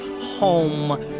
home